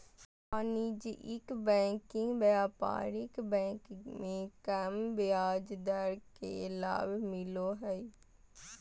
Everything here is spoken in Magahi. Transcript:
वाणिज्यिक बैंकिंग व्यापारिक बैंक मे कम ब्याज दर के लाभ मिलो हय